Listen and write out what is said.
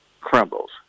crumbles